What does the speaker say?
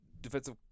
defensive